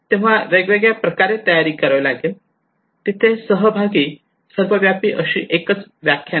तेव्हा वेगवेगळ्या प्रकारे तयारी करावी लागेल तिथे सहभागाची सर्वव्यापी अशी एकच व्याख्या नाही